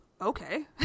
okay